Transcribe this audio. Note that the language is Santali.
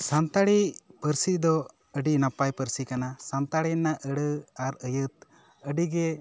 ᱥᱟᱱᱛᱟᱲᱤ ᱯᱟᱹᱨᱥᱤ ᱫᱚ ᱟᱹᱰᱤ ᱱᱟᱯᱟᱭ ᱯᱟᱹᱨᱥᱤ ᱠᱟᱱᱟ ᱥᱟᱱᱛᱟᱲᱤ ᱨᱮᱱᱟᱜ ᱟᱹᱲᱟᱹ ᱟᱨ ᱟᱹᱭᱟᱹᱛ ᱟᱹᱰᱤᱜᱮ